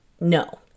No